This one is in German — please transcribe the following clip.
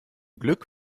glück